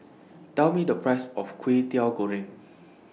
Tell Me The Price of Kway Teow Goreng